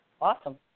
Awesome